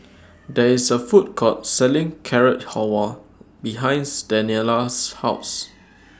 There IS A Food Court Selling Carrot Halwa behinds Daniela's House